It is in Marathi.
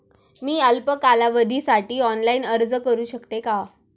मी अल्प कालावधीसाठी ऑनलाइन अर्ज करू शकते का?